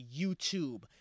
YouTube